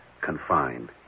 confined